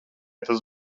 tas